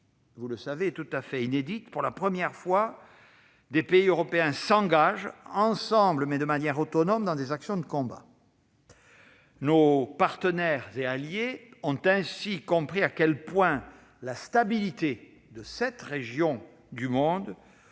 force est tout à fait inédite : pour la première fois, des pays européens s'engagent ensemble, mais de manière autonome, dans des actions de combat. Nos partenaires et alliés ont ainsi compris à quel point la stabilité de cette région du monde